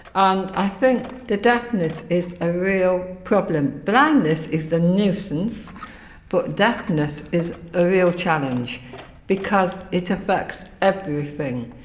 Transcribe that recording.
and i think the deafness is a real problem. blindness is a nuisance but deafness is a real challenge because it affects everything.